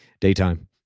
daytime